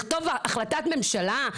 לכתוב החלטת ממשלה?